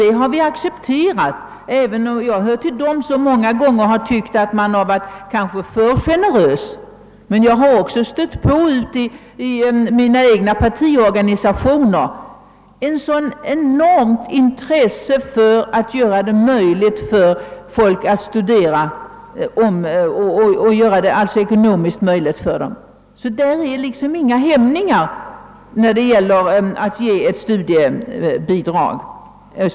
Det har vi alltså accepterat, även om jag hör till dem som många gånger har tyckt att man kanske varit för generös. Men jag har ute i mina egna partiorganisationer stött på ett så enormt intresse för att göra det ekonomiskt möjligt att studera. Det finns liksom inga hämningar när det gäller att ge studiemedel.